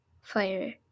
fire